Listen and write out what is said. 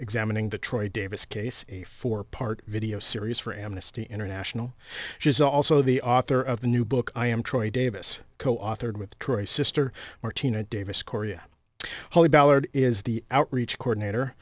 examining the troy davis case a four part video series for amnesty international she's also the author of the new book i am troy davis coauthored with toure a sister martina davis correa holy ballard is the outreach coordinator